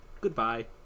goodbye